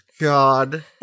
God